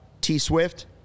T-Swift